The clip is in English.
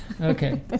Okay